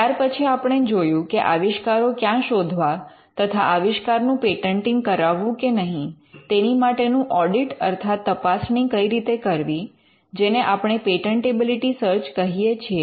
ત્યાર પછી આપણે જોયું કે આવિષ્કારો ક્યાં શોધવા તથા આવિષ્કાર નું પેટન્ટિંગ કરાવવું કે નહીં તેની માટેનું ઑડિટ અર્થાત તપાસણી કઈ રીતે કરવી જેને આપણે પેટન્ટેબિલિટી સર્ચ કહીએ છીએ